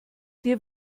dir